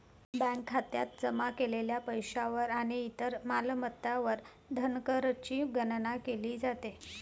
bank खात्यात जमा केलेल्या पैशावर आणि इतर मालमत्तांवर धनकरची गणना केली जाते